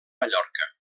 mallorca